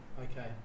Okay